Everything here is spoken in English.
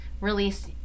Release